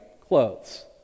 clothes